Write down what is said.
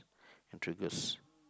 intrigues